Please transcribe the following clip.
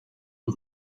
een